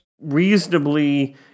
reasonably